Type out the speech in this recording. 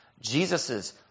Jesus's